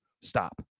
stop